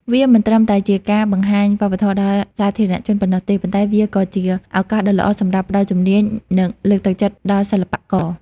វាមិនត្រឹមតែជាការបង្ហាញវប្បធម៌ដល់សាធារណជនប៉ុណ្ណោះទេ ប៉ុន្តែវាក៏ជាឱកាសដ៏ល្អសម្រាប់ ផ្តល់ជំនាញ និងលើកទឹកចិត្តដល់សិល្បករ។